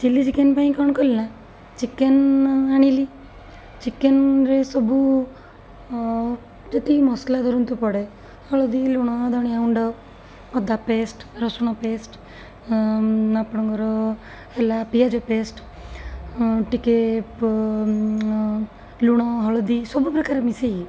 chilli chicken ପାଇଁ କ'ଣ କଲି ନା ଚିକେନ୍ ଆଣିଲି ଚିକେନ୍ରେ ସବୁ ଯେତିକି ମସଲା ଧରନ୍ତୁ ପଡ଼େ ହଳଦୀ ଲୁଣ ଧଣିଆ ଗୁଣ୍ଡ ଅଦା ପେଷ୍ଟ ରସୁଣ ପେଷ୍ଟ ଆପଣଙ୍କର ହେଲା ପିଆଜ ପେଷ୍ଟ ଟିକିଏ ଲୁଣ ହଳଦୀ ସବୁପ୍ରକାର ମିଶାଇ